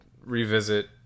revisit